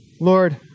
Lord